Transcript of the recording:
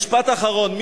משפט אחרון.